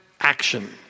action